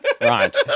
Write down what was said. Right